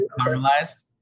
caramelized